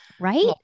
right